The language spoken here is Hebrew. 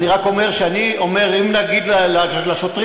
אני רק אומר שאם נגיד לשוטרים,